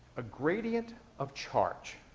a gradient of charge,